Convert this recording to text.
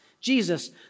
Jesus